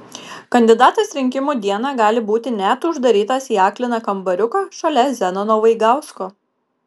kandidatas rinkimų dieną gali būti net uždarytas į akliną kambariuką šalia zenono vaigausko